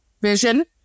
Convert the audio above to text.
vision